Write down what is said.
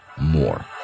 more